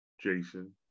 Jason